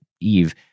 Eve